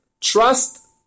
trust